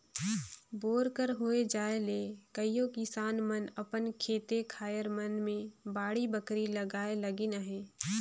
bore कर होए जाए ले कइयो किसान मन अपन खेते खाएर मन मे बाड़ी बखरी लगाए लगिन अहे